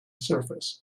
surface